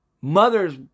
mothers